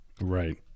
Right